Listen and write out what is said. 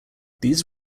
these